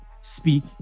Speak